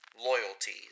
loyalties